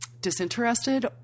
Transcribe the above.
disinterested